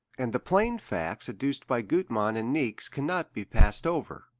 and the plain facts adduced by gutmann and niecks cannot be passed over.